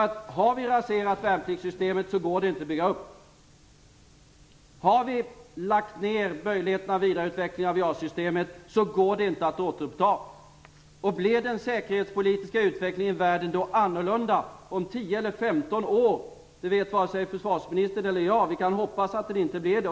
Har vi raserat värnpliktssystemet går det inte att bygga upp. Har vi lagt ner möjligheterna att vidareutveckla JAS-systemet går det inte att återuppta. Den säkerhetspolitiska utvecklingen i världen kan bli annorlunda om 10 eller 15 år. Det vet varken försvarsministern eller jag något om. Vi kan bara hoppas att det inte blir så.